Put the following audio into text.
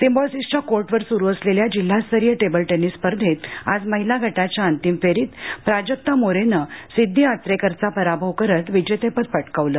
सिम्बॉयसिसच्या कोर्टवर सुरु असलेल्या जिल्हास्तरीय टेबल टेनिस स्पर्धेत आज महीला गटाच्या अंतिम फेरीत प्राजक्ता मोरे नं सिद्धी आचरेकरचा पराभव करत विजेतेपद पटकावलं